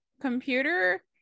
computer